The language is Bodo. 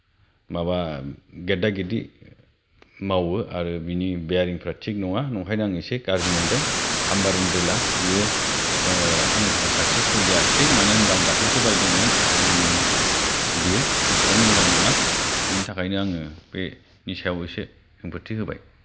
माबा गेदा गेदि मावो आरो बिनि बेयारिंफोरा थिग नङा नंखायनो आं एसे गाज्रि मोनदों हामारिं ड्रिला बेयो आंनि थाखाय साक्सेसफुल जायाखिसै मानो होनब्ला आं दाख्लैसो बायदोंमोन बेयो एसेबां मोजां नङा बिनि थाखायनो आङो बेनि सायाव एसे आपत्ति होबाय